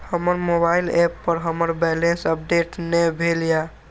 हमर mobile app पर हमर बैलेंस अपडेट ने भेल या